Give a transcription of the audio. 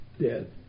dead